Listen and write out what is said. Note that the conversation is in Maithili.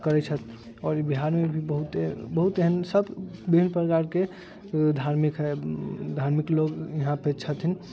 करै छथि आओर ई बिहारमे भी बहुते बहुत एहन सभ विभिन्न प्रकारके धार्मिक है धार्मिक लोक यहाँपे छथिन